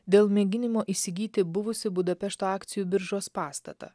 dėl mėginimo įsigyti buvusį budapešto akcijų biržos pastatą